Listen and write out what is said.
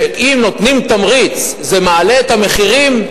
שאם נותנים תמריץ זה מעלה את המחירים,